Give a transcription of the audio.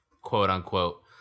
quote-unquote